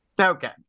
Okay